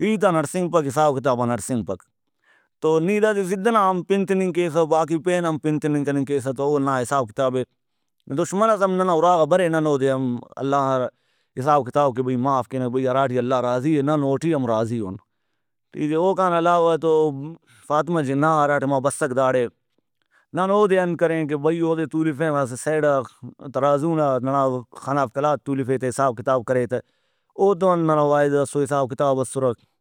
ہیتان ہڑسینگپک حساب کتابان ہڑسینگپک۔ تو نی دادے ضد ئنا ہم پِن تننگ کیسہ باقی پین ہم پِن تننگ کننگ کیسہ تہ اونا حساب کتابے دُشمنس ہم ننا اُراغا برے نن اودے ہم اللہ ناحساب کتاب کہ بھئی معاف کینہ بھئی ہراٹی اللہ راضی اے نن اوٹی ہم راضی اُن۔ اوکان علاوہ تو فاطمہ جناح ہراٹائما بسک داڑے نن اودے انت کرین کہ بھئی اودے تُولفین اسہ سیڈا ترازو نا ننا خان آف قلات تُولفے تہ حساب کتاب کرے تہ او تو ہم ننا وعدہ اسو حساب کتاب اسُرک